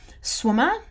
swimmer